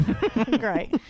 Great